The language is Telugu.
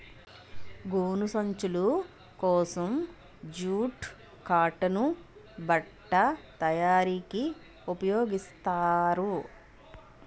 గోను సంచులు కోసం జూటు కాటన్ బట్ట తయారీకి ఉపయోగిస్తారు